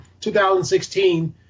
2016